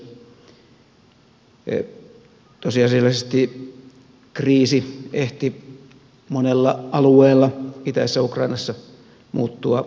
tosiasiallisesti kriisi ehti monella alueella itäisessä ukrainassa muuttua tuhoamissodaksi